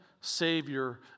Savior